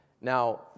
Now